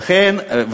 אוקיי.